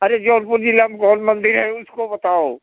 अरे जौनपुर जिला में कौन मंदिर है उसको बताओ